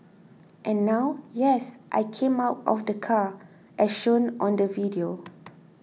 and now yes I came out of the car as shown on the video